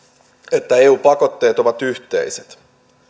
että eun pakotteet ovat yhteiset